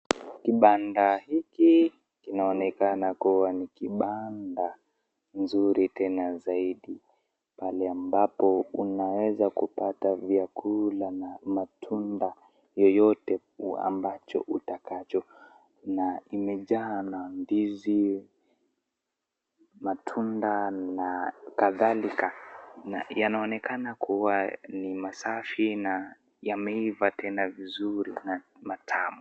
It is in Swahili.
Kibanda hiki inaonekana ni kibanda nzuri tena zaidi pale ambapo unaweza pata chakula na matunda yoyote ambacho utakacho na imejaa na ndizi, matunda na kadhalika yanaoneka kuwa ni masafi na yameiva tena vizuri na tamu.